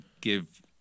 give